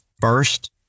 first